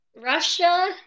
Russia